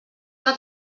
una